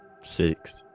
Six